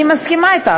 אני מסכימה אתך